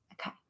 okay